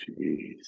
Jeez